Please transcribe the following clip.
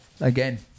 Again